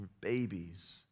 babies